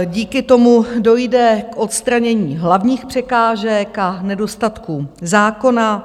Díky tomu dojde k odstranění hlavních překážek a nedostatků zákona.